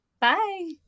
Bye